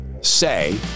say